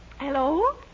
Hello